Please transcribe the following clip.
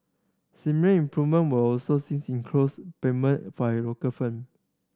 similar improvement were also sees in clothes payment local firm